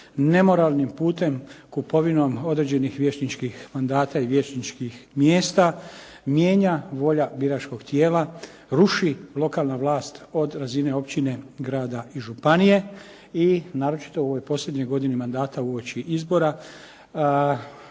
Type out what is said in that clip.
nemoralnim putem, kupovinom određenih vijećničkih mandata i vijećničkih mjesta mijenja volja biračkog tijela, ruši lokalna vlast od razine općine, grada i županije i naročito u ovoj posljednjoj godini mandata uoči izbora